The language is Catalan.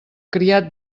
criat